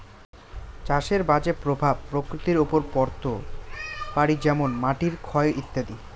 চাষের বাজে প্রভাব প্রকৃতির ওপর পড়ত পারি যেমন মাটির ক্ষয় ইত্যাদি